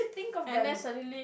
and then suddenly